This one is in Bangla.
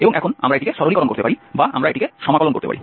এবং এখন আমরা এটিকে সরলীকরণ করতে পারি বা আমরা এটিকে সমাকলন করতে পারি